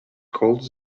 called